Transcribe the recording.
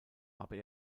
aber